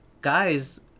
guys